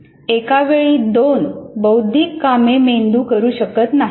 एकावेळी दोन बौद्धिक कामे मेंदू करू शकत नाही